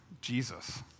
Jesus